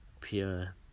pure